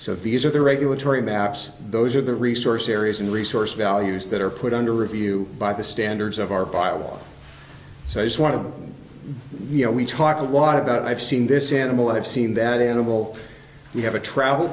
so these are the regulatory maps those are the resource areas and resource values that are put under review by the standards of our vial so i just want to you know we talk a lot about i've seen this in a mill i've seen that animal we have a travel